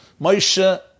Moshe